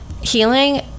healing